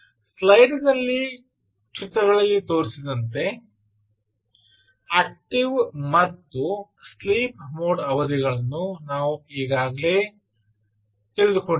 ಸ್ಲೈಡಿನ ಚಿತ್ರಗಳಲ್ಲಿ ತೋರಿಸಿದಂತೆ ಆಕ್ಟಿವ್ ಮತ್ತು ಸ್ಲೀಪ್ ಮೋಡ ಅವಧಿಗಳನ್ನು ನಾವು ಈಗಾಗಲೇ ತಿಳಿದುಕೊಂಡಿದ್ದೇವೆ